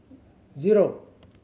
zero